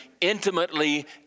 intimately